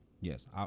Yes